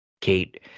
Kate